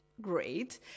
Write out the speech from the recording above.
great